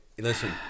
Listen